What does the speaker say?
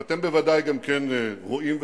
ואתם בוודאי גם כן רואים ושומעים,